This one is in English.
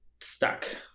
stuck